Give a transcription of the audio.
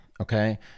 okay